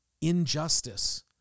injustice